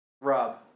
Rob